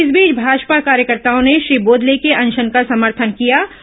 इस बीच भाजपा कार्यकर्ताओं ने श्री बोदले के अनशन का समर्थन किया है